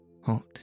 Hot